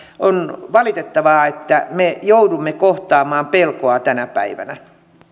on valitettavaa että me joudumme kohtaamaan pelkoa tänä päivänä